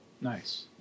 Nice